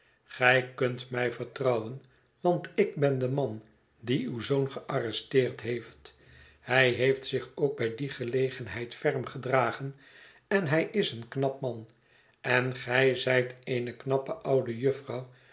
gij kunt mij vertrouwen want ik ben de man die uw zoon gearresteerd heeft hij heeft zich ook bij die gelegenheid ferm gedragen en hij is een knap man en gij zijt eene knappe oude